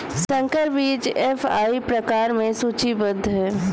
संकर बीज एफ.आई प्रकार में सूचीबद्ध है